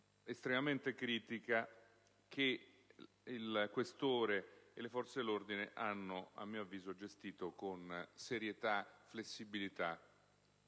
estremamente critica che il questore e le forze dell'ordine, a mio avviso, hanno gestito con serietà, flessibilità